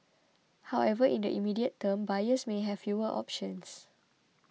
however in the immediate term buyers may have fewer options